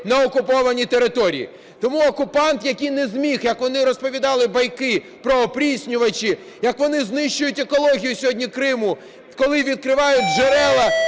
на окупованій території. Тому окупант, який не зміг, як вони розповідали байки про опріснювачі, як вони знищують екологію сьогодні Криму, коли відкривають джерела,